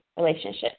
relationship